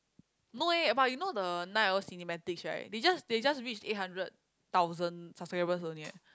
no eh but you know the Night Owl Cinematics right they just they just reach eight hundred thousand subscribers only eh